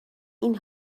این